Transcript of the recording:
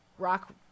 rock